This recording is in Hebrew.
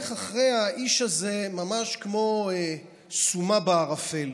שהולך אחרי האיש הזה ממש כמו סומא בערפל.